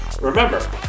Remember